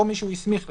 או מי שהוא הסמיך לכך,